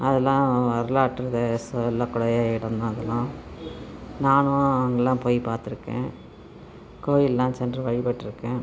அதுலாம் வரலாற்றில் சொல்லக்கூடிய இடம் தான் அதுலாம் நானும் அங்கேலாம் போய் பார்த்துருக்கேன் கோயில்லாம் சென்று வழிபட்டிருக்கேன்